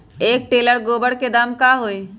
एक टेलर गोबर के दाम का होई?